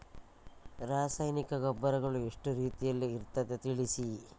ರಾಸಾಯನಿಕ ಗೊಬ್ಬರಗಳು ಎಷ್ಟು ರೀತಿಯಲ್ಲಿ ಇರ್ತದೆ ತಿಳಿಸಿ?